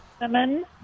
lemon